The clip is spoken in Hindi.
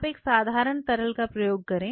आप एक साधारण तरल का प्रयोग करें